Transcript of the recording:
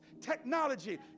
technology